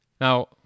Now